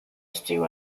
stew